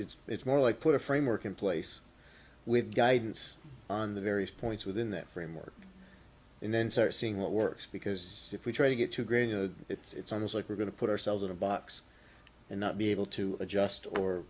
it's it's more like put a framework in place with guidance on the various points within that framework and then sort of seeing what works because if we try to get too great you know it's on us like we're going to put ourselves in a box and not be able to adjust or